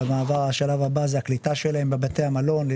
השלב הבא זה הקליטה שלהם בבתי המלון,